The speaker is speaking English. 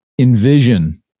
envision